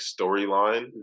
storyline